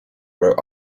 wrote